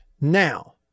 Now